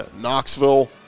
Knoxville